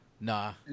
Nah